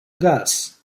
gas